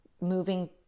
moving